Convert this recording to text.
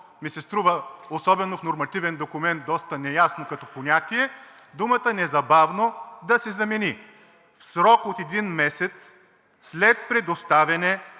ми се струва, особено в нормативен документ, доста неясно като понятие – да се замени: „в срок от един месец след предоставяне